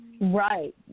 Right